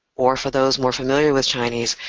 or for those more familiar with chinese,